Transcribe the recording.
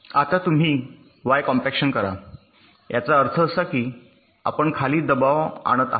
आता तुम्ही Y compaction करा याचा अर्थ असा की आपण खाली दबाव आणत आहात